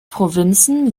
provinzen